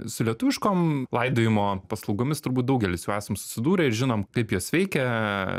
su lietuviškom laidojimo paslaugomis turbūt daugelis jau esam susidūrę ir žinom kaip jos veikia